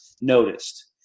noticed